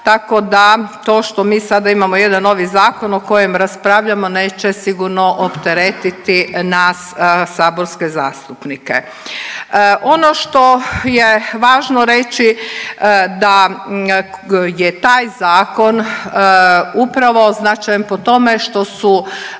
tako da to što mi sada imamo jedan novi zakon o kojem raspravljamo neće sigurno opteretiti nas saborske zastupnike. Ono što je važno reći da je taj Zakon upravo značaj po tome što su